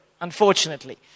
unfortunately